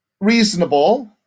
reasonable